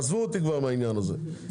עזבו אותי כבר מהעניין הזה.